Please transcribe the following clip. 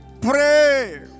Pray